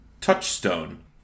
Touchstone